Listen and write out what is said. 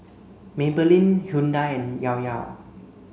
Maybelline Hyundai and Llao Llao